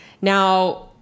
Now